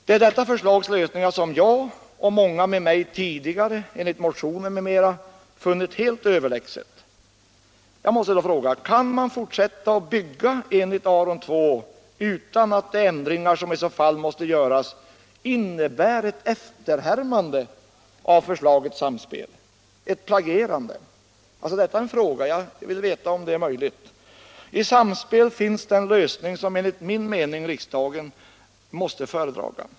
Det är detta förslags lösningar som jag — och många med mig tidigare enligt motioner m.m. — funnit helt överlägset. Jag måste vidare fråga: Kan man fortsätta och bygga enligt Aron II utan att de ändringar som i så fall måste göras innebär ett efterhärmande av förslaget Samspel, ett plagierande? Jag vill veta om det är möjligt. I Samspel finns den lösning som enligt min mening riksdagen måste föredraga.